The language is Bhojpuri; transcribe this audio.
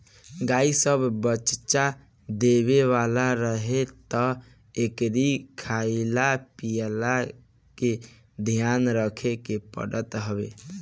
गाई जब बच्चा देवे वाला रहे तब एकरी खाईला पियला के ध्यान रखे के पड़त हवे